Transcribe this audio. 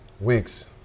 weeks